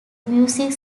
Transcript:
music